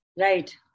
Right